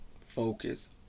focus